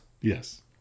Yes